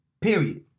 Period